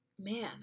Man